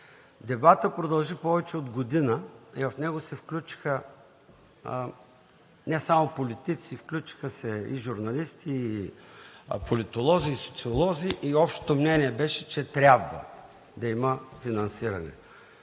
Дебатът продължи повече от година и в него се включиха не само политици, включиха се и журналисти, и политолози, и социолози, и общото мнение беше, че трябва да има финансиране.